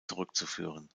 zurückzuführen